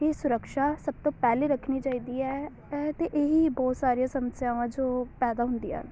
ਹੀ ਸੁਰਕਸ਼ਾ ਸਭ ਤੋਂ ਪਹਿਲੇ ਰੱਖਣੀ ਚਾਹੀਦੀ ਹੈ ਹੈ ਅਤੇ ਇਹੀ ਬਹੁਤ ਸਾਰੀਆਂ ਸਮੱਸਿਆਵਾਂ ਜੋ ਪੈਦਾ ਹੰਦੀਆਂ ਹਨ